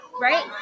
right